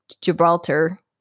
Gibraltar